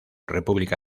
república